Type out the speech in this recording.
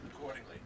accordingly